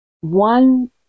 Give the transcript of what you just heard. one